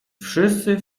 wszyscy